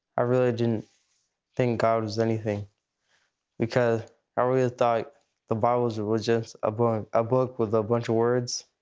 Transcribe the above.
i really didn't think god was anything because i really thought the bible was ah was just a book a book with a bunch of words.